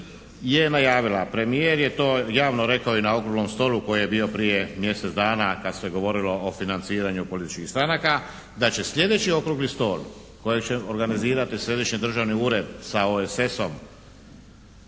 je najavila, premijer je to javno rekao i na Okruglom stolu koji je prije mjesec dana kad se govorilo o financiranju političkih stranaka da će sljedeći Okrugli stol kojeg će organizirati Središnji državni ured sa OESS-om